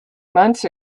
months